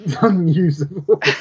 Unusable